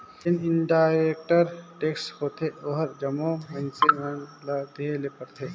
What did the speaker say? जेन indirect tax होथे ओहर जम्मो मइनसे मन ल देहे ले परथे